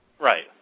Right